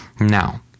Now